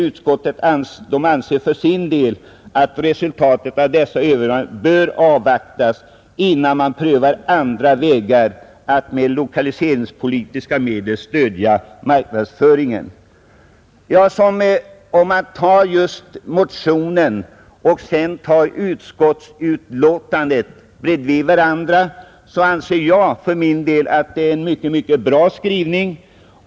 Utskottet anser för sin del att resultatet av dessa överväganden bör avvaktas innan man prövar andra vägar att med lokaliseringspolitiska medel stödja marknadsföring. För min del anser jag att det är en bra skrivning ur motionärernas synpunkt i utskottsbetänkandet.